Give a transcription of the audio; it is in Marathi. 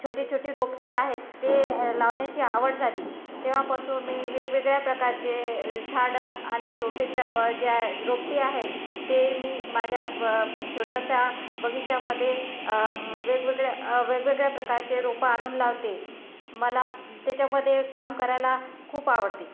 छोटी छोटी रोपटी आहेत ते लावण्याची आवड झाली तेव्हापासून मी वेगवेगळ्या प्रकारचे झाडं आणि शोभेच्या ज्या रोपटी आहेत ते मी माझ्या छोटेशा बगीच्यामधे वेगवेगळ्या वेगवेगळ्या प्रकारचे रोपं आणून लावते मला त्याच्यामधे काम करायला खूप आवडते